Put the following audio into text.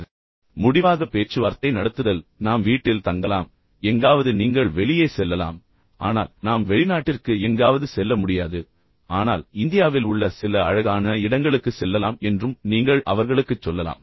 இப்போது முடிவுகளை பேச்சுவார்த்தை நடத்துதல் நாம் வீட்டில் தங்கலாம் எங்காவது நீங்கள் வெளியே செல்லலாம் ஆனால் நாம் வெளிநாட்டிற்கு எங்காவது செல்ல முடியாது ஆனால் இந்தியாவில் உள்ள சில அழகான இடங்களுக்கு செல்லலாம் என்றும் நீங்கள் அவர்களுக்குச் சொல்லலாம்